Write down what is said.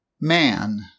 Man